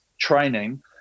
training